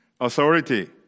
authority